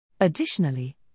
Additionally